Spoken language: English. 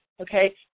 okay